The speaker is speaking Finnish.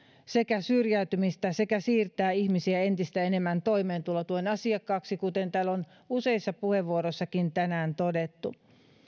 ja syrjäytymistä sekä siirtää ihmisiä entistä enemmän toimeentulotuen asiakkaaksi kuten täällä on useissa puheenvuoroissakin tänään todettu